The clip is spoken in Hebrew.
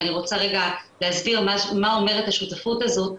ואני רוצה רגע להסביר מה אומרת השותפות הזאת.